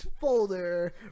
folder